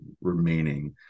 remaining